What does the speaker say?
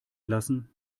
lassen